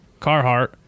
Carhartt